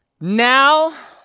Now